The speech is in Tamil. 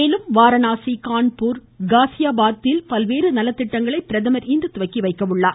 மேலும் வாரணாசி கான்பூர் காஸியாபாதில் பல்வேறு நலத்திட்டங்களை பிரதமர் இன்று தொடங்கி வைக்க உள்ளார்